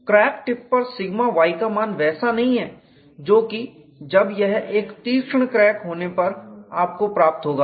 crack tip पर σy का मान वैसा नहीं है जोकि जब यह एक तीक्ष्ण क्रैक होने पर आपको प्राप्त होगा